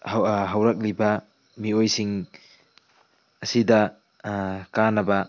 ꯍꯧꯔꯛꯂꯤꯕ ꯃꯤꯑꯣꯏꯁꯤꯡ ꯑꯁꯤꯗ ꯀꯥꯟꯅꯕ